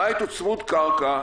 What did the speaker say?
הבית הוא צמוד קרקע,